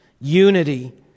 unity